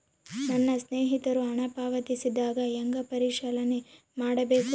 ನನ್ನ ಸ್ನೇಹಿತರು ಹಣ ಪಾವತಿಸಿದಾಗ ಹೆಂಗ ಪರಿಶೇಲನೆ ಮಾಡಬೇಕು?